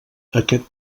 aquest